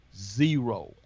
zero